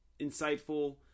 insightful